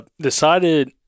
Decided